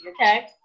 Okay